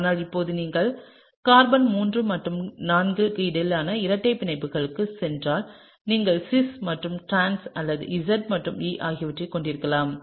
ஆனால் இப்போது நீங்கள் கார்பன் 3 மற்றும் கார்பன் 4 க்கு இடையிலான இரட்டைப் பிணைப்பு க்குச் சென்றால் நீங்கள் சிஸ் மற்றும் டிரான்ஸ் அல்லது Z மற்றும் E ஆகியவற்றைக் கொண்டிருக்கலாம்